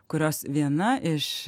kurios viena iš